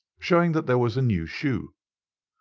showing that that was a new shoe.